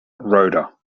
rhoda